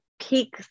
peak